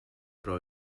però